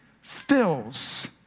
fills